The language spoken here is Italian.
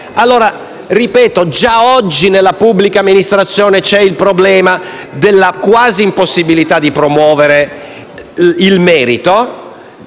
allora che già oggi nella pubblica amministrazione c'è il problema della quasi impossibilità di promuovere il merito.